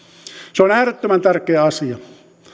se on äärettömän tärkeä asia